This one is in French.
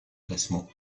classement